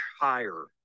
higher